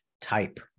type